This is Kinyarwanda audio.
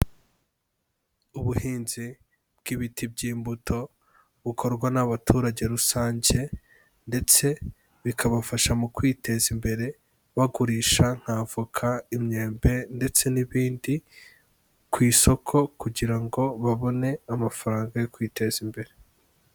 Ubuhinzi bw'ibiti by'imbuto bukorwa n'abaturage rusange ndetse bikabafasha mu kwiteza imbere bagurisha nk'avoka, imyembe ndetse n'ibindi ku isoko kugira ngo babone amafaranga yo kwiteza imbere.